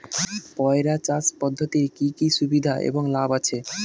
পয়রা চাষ পদ্ধতির কি কি সুবিধা এবং লাভ আছে?